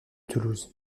toulouse